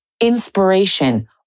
inspiration